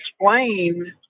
Explain